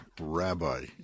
rabbi